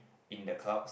in the clouds